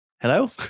hello